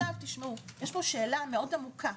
יש פה שאלה מאוד עמוקה.